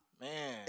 Man